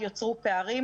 נוצרו פערים,